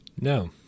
No